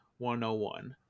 101